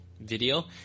video